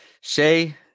Shay